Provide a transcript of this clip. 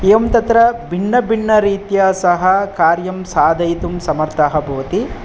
एवं तत्र भिन्नाभिन्नरीत्या सः कार्यं साधयितुं समर्थः भवति